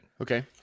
Okay